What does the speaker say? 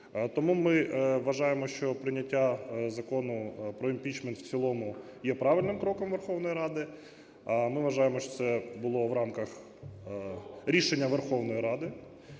Тому ми вважаємо, що прийняття Закону про імпічмент в цілому є правильним кроком Верховної Ради, а ми вважаємо, що це було в рамках рішення Верховної Ради.